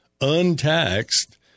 Untaxed